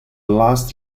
last